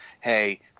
hey